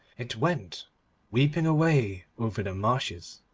it went weeping away over the marshes.